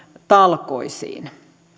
talkoisiin